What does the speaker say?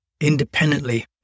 independently